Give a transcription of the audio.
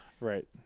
right